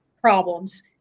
problems